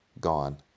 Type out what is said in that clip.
gone